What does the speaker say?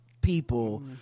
people